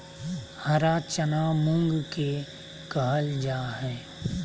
हरा चना मूंग के कहल जा हई